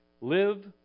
live